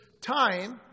time